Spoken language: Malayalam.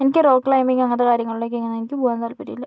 എനിക്ക് റോപ്പ് ക്ലൈമ്പിങ്ങ് അങ്ങനത്തെ കാര്യങ്ങളിലേക്കങ്ങനെ പോകാൻ താൽപ്പര്യമില്ല